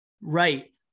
Right